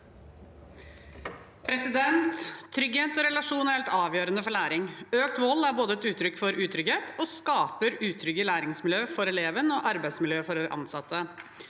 Trygghet og rela- sjon er helt avgjørende for læring. Økt vold er et uttrykk for utrygghet og skaper utrygge læringsmiljø for elevene og utrygge arbeidsmiljø for ansatte.